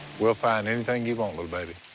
we'll find anything you want, little baby.